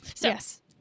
Yes